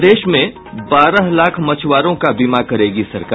प्रदेश में बारह लाख मछुआरों का बीमा करेगी सरकार